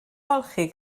ymolchi